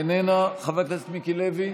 איננה, חבר הכנסת מיקי לוי,